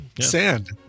Sand